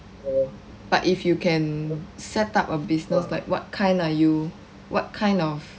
but if you can set up a business like what kind are you what kind of